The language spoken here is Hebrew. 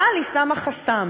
אבל היא שמה חסם: